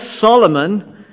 Solomon